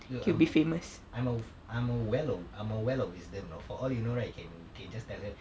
dude I'm I'm a I'm a well of I'm a well of wisdom you know for all you know right you can you can just tell her